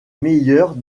meilleurs